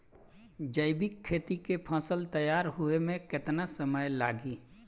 जैविक खेती के फसल तैयार होए मे केतना समय लागी?